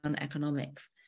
economics